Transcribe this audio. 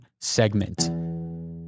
segment